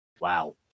Wow